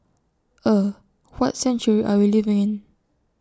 er what century are we living in